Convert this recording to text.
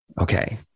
Okay